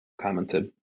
commented